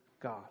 God